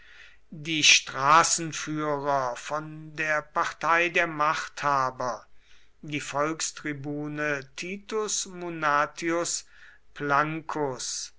die straßenführer von der partei der machthaber die volkstribune titus